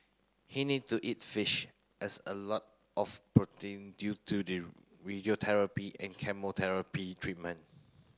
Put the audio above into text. he need to eat fish as a lot of protein due to the radiotherapy and chemotherapy treatment